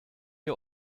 ihr